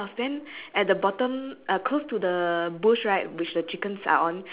orh so you got no duck no chicken on the bush on the top left two chickens right